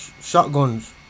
shotguns